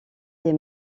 des